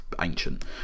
ancient